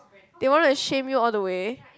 they want to shame you all the way